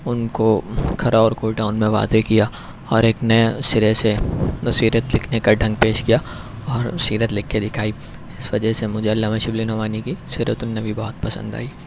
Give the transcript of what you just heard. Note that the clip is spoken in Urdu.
ان کو کھرا اور کھوٹا ان میں واضح کیا اور ایک نیا سرے سے سیرت لکھنے کا ڈھنگ پیش کیا اور سیرت لکھ کے دکھائی اس وجہ سے مجھے علامہ شبلی نعمانی کی سیرت النبی بہت پسند آئی